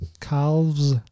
Calves